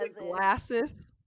glasses